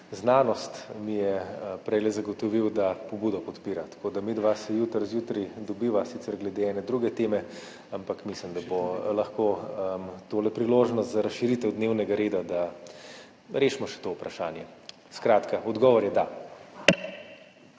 znanost mi je prejle zagotovil, da pobudo podpira. Midva se jutri zjutraj dobiva sicer glede ene druge teme, ampak mislim, da bo lahko tole priložnost za razširitev dnevnega reda, da rešimo še to vprašanje. Skratka, odgovor je da.